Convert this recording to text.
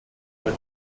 über